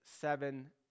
seven